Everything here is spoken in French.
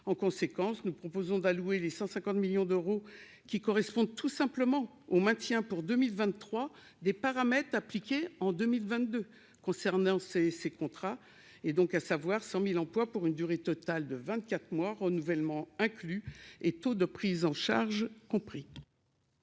en conséquence, nous proposons d'allouer les 150 millions d'euros, qui correspond tout simplement au maintien pour 2023 des paramètres appliquée en 2022 concernant ces ces contrats et donc, à savoir 100000 emplois pour une durée totale de 24 mois renouvellement inclus et taux de prise en charge compris.